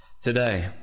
today